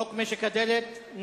הצעת חוק משק הדלק (קידום התחרות) (תיקון,